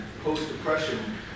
post-depression